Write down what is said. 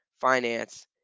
finance